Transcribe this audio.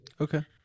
Okay